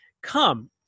Come